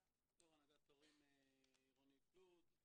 אני יו"ר הנהגת הורים עירונית בלוד,